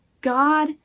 God